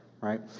right